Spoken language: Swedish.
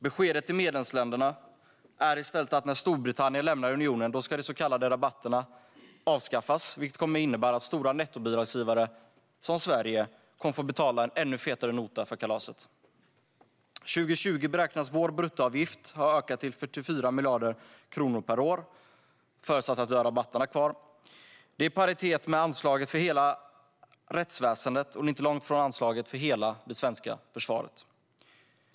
Beskedet till medlemsländerna är i stället att när Storbritannien lämnar unionen ska de så kallade rabatterna avskaffas, vilket kommer att innebära att stora nettobidragsgivare som Sverige kommer att få betala en ännu fetare nota för kalaset. År 2020 beräknas vår bruttoavgift ha ökat till 44 miljarder kronor per år, förutsatt att vi har rabatterna kvar. Det är i paritet med anslaget för hela rättsväsendet, och det är inte långt ifrån anslaget för hela det svenska försvaret.